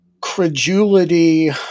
credulity